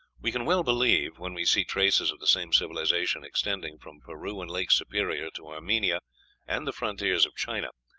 we can well believe, when we see traces of the same civilization extending from peru and lake superior to armenia and the frontiers of china,